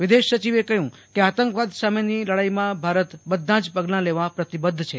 વિદેશ સચિવે કહ્યું કે આતંકવાદ સામેની લડાઇમાં ભારત બધાજ પગલાં લેવા પ્રતિબદ્ધ છે